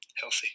healthy